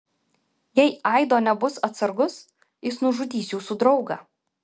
jei aido nebus atsargus jis nužudys jūsų draugą